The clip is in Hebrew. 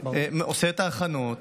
עושה את ההכנות,